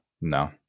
no